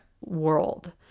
world